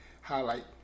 highlight